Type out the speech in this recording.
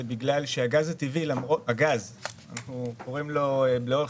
היא בגלל שהגז אנחנו קוראים לו לאורך